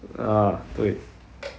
ah 对